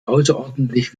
außerordentlich